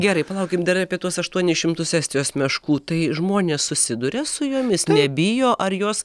gerai palaukim dar apie tuos aštuonis šimtus estijos meškų tai žmonės susiduria su jomis nebijo ar jos